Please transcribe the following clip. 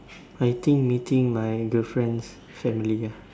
I think meeting my girlfriend's family ya